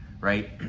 right